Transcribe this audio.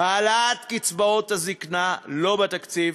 העלאת קצבאות הזיקנה, לא בתקציב.